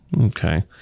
Okay